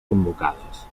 convocades